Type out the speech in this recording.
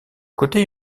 côté